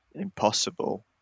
impossible